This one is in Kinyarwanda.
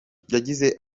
yagize